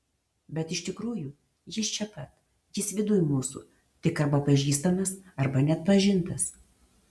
bet iš tikrųjų jis čia pat jis viduj mūsų tik arba pažįstamas arba neatpažintas